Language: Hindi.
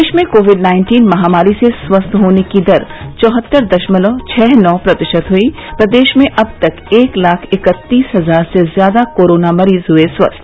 देश में कोविड नाइन्टीन महामारी से स्वस्थ होने की दर चौहत्तर दशमलव छह नौ प्रतिशत हई प्रदेश में अब तक एक लाख इकत्तीस हजार से ज्यादा कोरोना मरीज हुए स्वस्थ